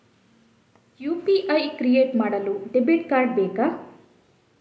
UPI create ಮಾಡಲು debit card ಬೇಕಾ?